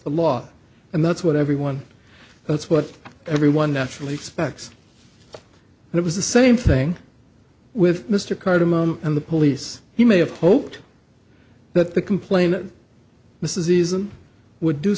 the law and that's what everyone that's what everyone naturally expects and it was the same thing with mr cardamom and the police he may have hoped that the complain that this is isn't would do